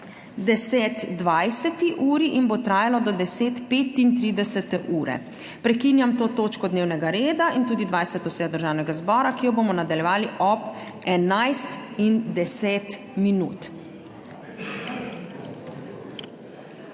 10.20 in bo trajalo do 10.35. Prekinjam to točko dnevnega reda in tudi 20. sejo Državnega zbora, ki jo bomo nadaljevali ob 11. uri